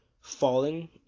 falling